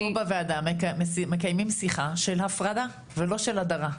פה בוועדה מקיימים שיחה של הפרדה ולא של הדרה.